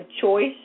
choice